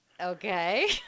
Okay